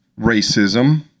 racism